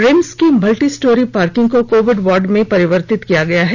RIMS की multistorey parking को COVID ward में परिवर्तित किया गया है